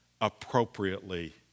appropriately